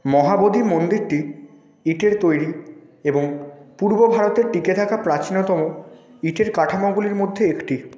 মহাবোধি মন্দিরটি ইটের তৈরি এবং পূর্ব ভারতে টিকে থাকা প্রাচীনতম ইটের কাঠামোগুলির মধ্যে একটি